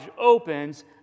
opens